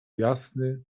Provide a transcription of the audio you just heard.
jasny